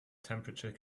temperature